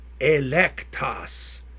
electas